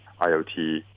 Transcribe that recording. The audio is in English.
IoT